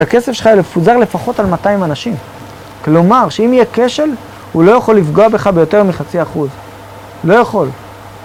הכסף שלך יפוזר לפחות על 200 אנשים, כלומר שאם יהיה כשל הוא לא יכול לפגוע בך ביותר מחצי אחוז, לא יכול.